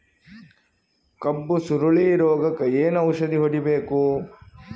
ಕಬ್ಬು ಸುರಳೀರೋಗಕ ಏನು ಔಷಧಿ ಹೋಡಿಬೇಕು?